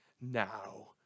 Now